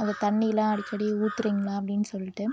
அந்த தண்ணியெல்லாம் அடிக்கடி ஊற்றுறீங்களா அப்படின்னு சொல்லிட்டு